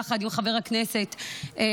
יחד עם חבר הכנסת כץ.